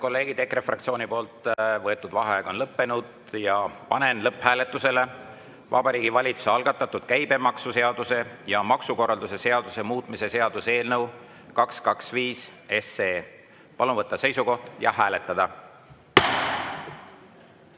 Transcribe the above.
kolleegid, EKRE fraktsiooni võetud vaheaeg on lõppenud. Panen lõpphääletusele Vabariigi Valitsuse algatatud käibemaksuseaduse ja maksukorralduse seaduse muutmise seaduse eelnõu 225. Palun võtta seisukoht ja hääletada!